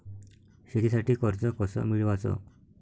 शेतीसाठी कर्ज कस मिळवाच?